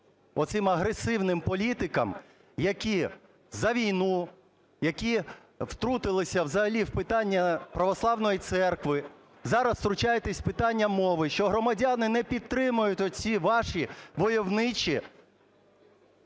оцим агресивним політикам, які за війну, які втрутилися взагалі в питання православної церкви, зараз втручаєтесь в питання мови, що громадяни не підтримують оці ваші войовничі